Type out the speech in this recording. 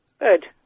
Good